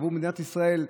עבור מדינת ישראל,